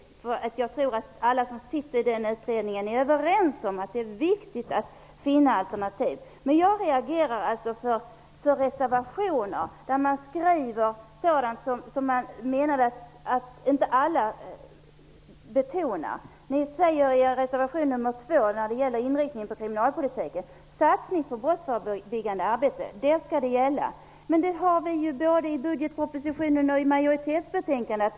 Jag tror att alla som sitter med i den utredningen är överens om att det är viktigt att finna alternativ. Jag reagerar över reservationer där man skriver som om man menade att inte alla betonar detta. Ni säger i reservation nr 2, som gäller inriktningen av kriminalpolitiken, att det skall ske en satsning på brottsförebyggande arbete. Men det sägs både i budgetpropositionen och i utskottsmajoritetens text i betänkandet.